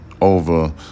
over